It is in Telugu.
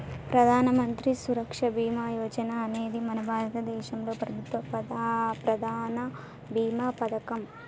ప్రధానమంత్రి సురక్ష బీమా యోజన అనేది మన భారతదేశంలో ప్రభుత్వ ప్రధాన భీమా పథకం